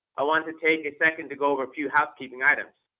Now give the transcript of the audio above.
i wanted to take a second to go over a few housekeeping items.